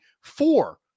four